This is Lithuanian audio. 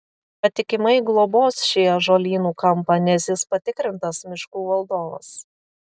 patikimai globos šį ąžuolynų kampą nes jis patikrintas miškų valdovas